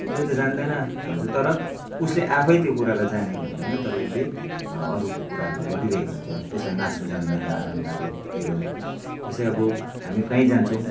यसले त जान्दैन भन्छ तर उसले आफै त्यो कुरालाई जानेको हुँदैन तर उसले अरूको कुराहरू गरिरहेको हुन्छ त्यसलाई नाच्नु जान्दैन आँगन टाडो टेढो जस्तै अब हामी कहीँ जान्छौँ